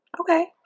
Okay